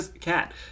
cat